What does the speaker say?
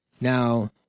Now